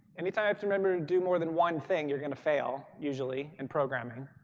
anytime i have to remember to do more than one thing, you're going to fail usually in programming.